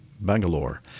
bangalore